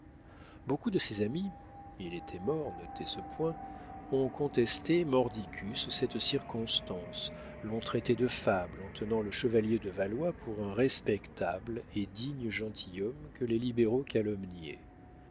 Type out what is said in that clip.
beaucoup de ses amis il était mort notez ce point ont contesté mordicus cette circonstance l'ont traitée de fable en tenant le chevalier de valois pour un respectable et digne gentilhomme que les libéraux calomniaient